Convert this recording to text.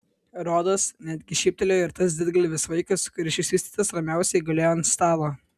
rodos netgi šyptelėjo ir tas didgalvis vaikas kuris išvystytas ramiausiai gulėjo ant stalo